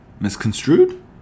Misconstrued